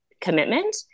commitment